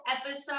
episode